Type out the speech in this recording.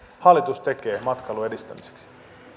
hallitus tekee matkailun edistämiseksi